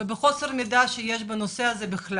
ומחוסר המידע שיש לנושא הזה,